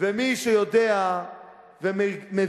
ומי שיודע ומבין